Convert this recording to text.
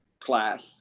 class